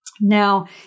Now